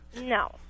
No